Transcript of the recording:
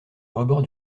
rebord